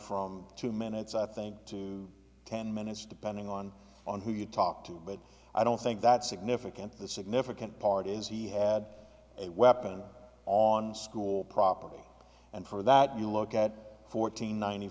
from two minutes i think to ten minutes depending on on who you talk to but i don't think that's significant the significant part is he had a weapon on school property and for that you look at fourteen ninety